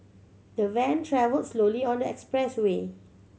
the van travelled slowly on the expressway